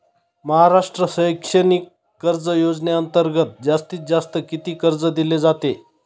महाराष्ट्र शैक्षणिक कर्ज योजनेअंतर्गत जास्तीत जास्त किती कर्ज दिले जाते?